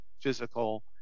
physical